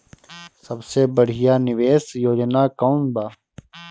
सबसे बढ़िया निवेश योजना कौन बा?